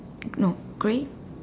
no great